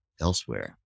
elsewhere